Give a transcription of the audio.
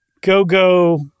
go-go